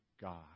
God